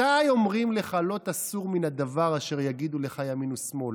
מתי אומרים לך "לא תסור מן הדבר אשר יגידו לך ימין ושמאל"?